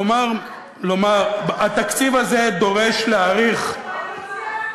לומר שהתקציב הזה דורש להאריך, הקואליציה,